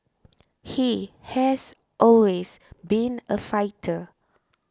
he has always been a fighter